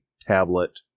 tablet